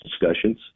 discussions